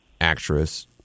actress